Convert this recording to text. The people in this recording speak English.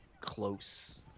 Close